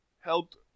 helped